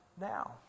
now